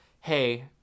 Hey